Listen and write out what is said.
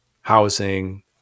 housing